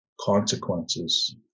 consequences